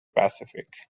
pacific